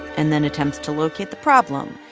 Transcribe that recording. and then attempts to locate the problem.